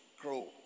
grow